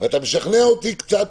אתה משכנע אותי קצת